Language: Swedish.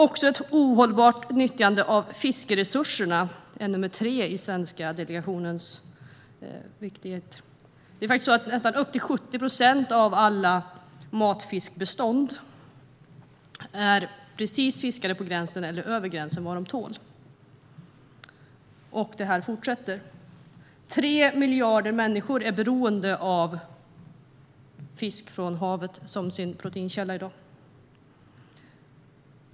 Den tredje punkten för den svenska delegationen är det ohållbara nyttjandet av fiskresurserna. Upp till 70 procent av alla matfiskbestånd är fiskade precis på gränsen eller över gränsen för vad de tål, och det fortsätter. 3 miljarder människor är beroende av fisk från havet som sin proteinkälla.